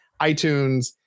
iTunes